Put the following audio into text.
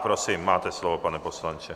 Prosím, máte slovo, pane poslanče.